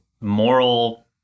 moral